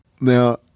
Now